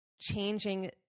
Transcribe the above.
changing